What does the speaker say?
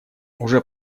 уже